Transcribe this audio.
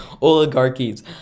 oligarchies